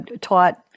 taught